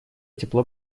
тепло